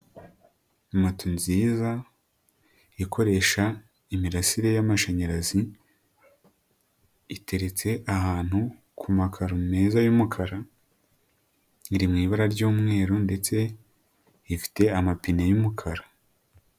Moto nziza ikoresha imirasire y'amashanyarazi, iteretse ahantu ku makaro meza y'umukara, iri mu ibara ry'umweru ndetse ifite amapine y'umukara.